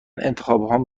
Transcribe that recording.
انتخابهام